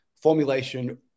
formulation